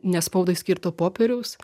ne spaudai skirto popieriaus